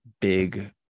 big